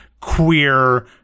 queer